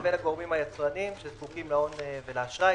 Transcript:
לבין הגורמים היצרניים שזקוקים להון ולאשראי.